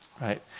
right